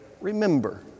remember